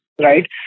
right